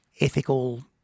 ethical